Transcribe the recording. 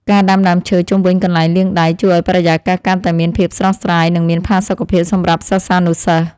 ការដាំដើមឈើជុំវិញកន្លែងលាងដៃជួយឱ្យបរិយាកាសកាន់តែមានភាពស្រស់ស្រាយ និងមានផាសុកភាពសម្រាប់សិស្សានុសិស្ស។